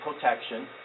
protection